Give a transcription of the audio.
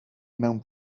mewn